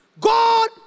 God